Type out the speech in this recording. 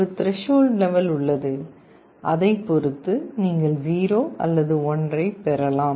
ஒரு threshold level உள்ளது அதைப் பொறுத்து நீங்கள் 0 அல்லது 1 ஐப் பெறலாம்